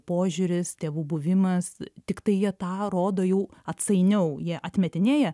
požiūris tėvų buvimas tiktai jie tą rodo jau atsainiau jie atmetinėja